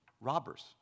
robbers